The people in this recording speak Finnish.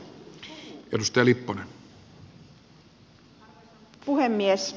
arvoisa puhemies